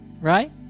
Right